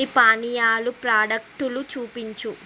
కొన్ని పానీయాలు ప్రాడక్టులు చూపించు